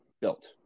built